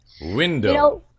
Window